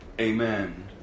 Amen